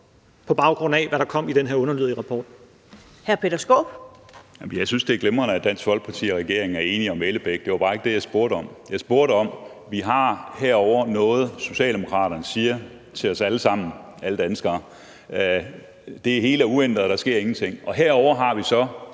Skaarup. Kl. 11:20 Peter Skaarup (DF): Jamen jeg synes, det er glimrende, at Dansk Folkeparti og regeringen er enige om Ellebæk. Det var bare ikke det, jeg spurgte om. Jeg spurgte til, at vi herovre har det, Socialdemokraterne siger til os alle sammen, alle danskere, nemlig at det hele er uændret, og at der ingenting sker, og over for det har vi så